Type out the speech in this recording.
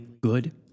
good